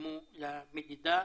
שקדמו למדידה.